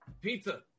pizza